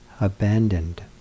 abandoned